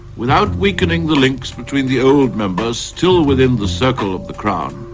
without weakening the links between the old members still within the circle of the crown,